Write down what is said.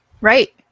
right